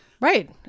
Right